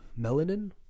melanin